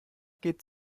geht